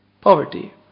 Poverty